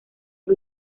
que